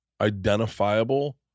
identifiable